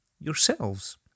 yourselves